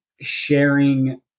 sharing